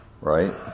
right